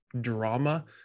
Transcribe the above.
drama